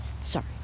sorry